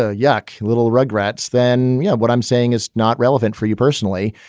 ah yuck. little rug rats. then you know what i'm saying is not relevant for you personally.